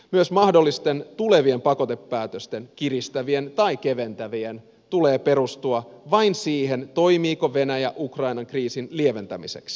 myös mahdollisten tulevien pakotepäätösten kiristävien tai keventävien tulee perustua vain siihen toimiiko venäjä ukrainan kriisin lieventämiseksi